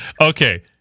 Okay